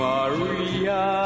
Maria